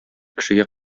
кешегә